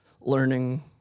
learning